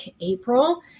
April